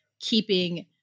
keeping